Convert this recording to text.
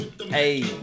hey